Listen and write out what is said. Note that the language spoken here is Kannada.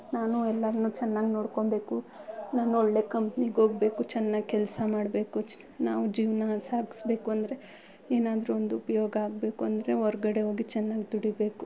ನಾನು ಎಲ್ಲಾರನ್ನು ಚೆನ್ನಾಗ್ ನೋಡ್ಕೊಬೇಕು ನಾನು ಒಳ್ಳೆ ಕಂಪ್ನಿಗೆ ಹೋಗ್ಬೇಕು ಚೆನ್ನಾಗ್ ಕೆಲಸ ಮಾಡಬೇಕು ಚ್ ನಾವು ಜೀವನಾ ಸಾಗಿಸ್ಬೇಕು ಅಂದರೆ ಏನಾದರು ಒಂದು ಉಪಯೋಗ ಆಗಬೇಕು ಅಂದರೆ ಹೊರ್ಗಡೆ ಹೋಗಿ ಚೆನ್ನಾಗ್ ದುಡಿಬೇಕು